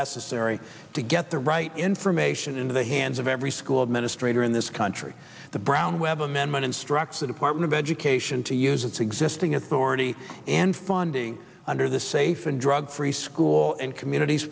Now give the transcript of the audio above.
necessary to get the right information into the hands of every school administrator in this country the brown webb amendment instructs the department of education to use its existing authority and funding under the safe and drug free school and communities